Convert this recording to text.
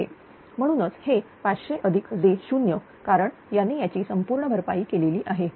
म्हणूनच हे 500j0 कारण याने याची संपूर्ण भरपाई केलेली आहे